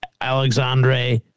Alexandre